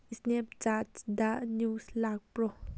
ꯁ꯭ꯅꯦꯞꯆꯥꯠꯁꯗ news ꯂꯥꯛꯄ꯭ꯔꯣ